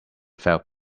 felt